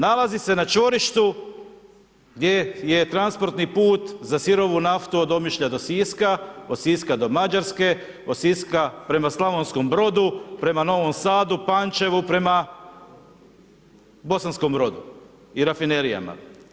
Nalazi se na čvorištu gdje je transportni put za sirovu naftu od Omišlja do Siska, od Siska do Mađarske, od Siska prema Slavonskom Brodu, prema Novom Sadu, Pančevu, prema Bosanskom Brodu i rafinerijama.